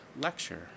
lecture